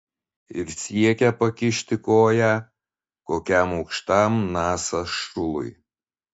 ir siekia pakišti koją kokiam aukštam nasa šului